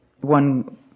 one